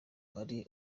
ari